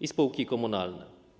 i spółki komunalne.